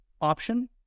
option